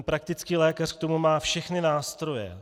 Praktický lékař k tomu má všechny nástroje.